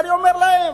אני אומר להם,